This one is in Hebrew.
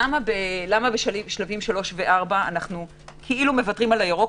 למה בשלבים 3 ו-4 אנחנו כאילו מוותרים על הירוק?